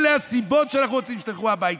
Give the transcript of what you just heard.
אלה הסיבות לכך שאנחנו רוצים שתלכו הביתה.